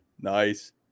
Nice